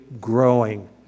growing